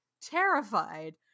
terrified